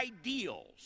ideals